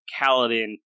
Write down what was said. kaladin